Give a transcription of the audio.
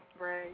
Right